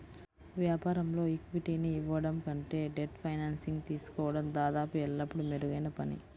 వ్యాపారంలో ఈక్విటీని ఇవ్వడం కంటే డెట్ ఫైనాన్సింగ్ తీసుకోవడం దాదాపు ఎల్లప్పుడూ మెరుగైన పని